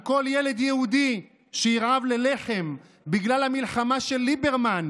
על כל ילד יהודי שירעב ללחם בגלל המלחמה של ליברמן,